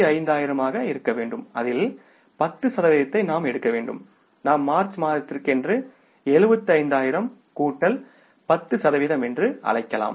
75000 ஆக இருக்க வேண்டும் அதில் 10 சதவிகிதத்தை நாம் எடுக்க வேண்டும் நாம் மார்ச் மாதத்திற்கு என்று 75000 கூட்டல் 10 சதவிகிதம் என்று எடுத்துள்ளோம்